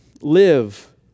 live